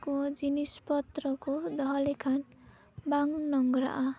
ᱠᱚ ᱡᱤᱱᱤᱥᱯᱚᱛᱨᱚ ᱠᱚ ᱫᱚᱦᱚ ᱞᱮᱠᱷᱟᱱ ᱵᱟᱝ ᱱᱚᱝᱨᱟᱜᱼᱟ